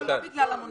לא, לא בגלל המונית.